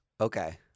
Okay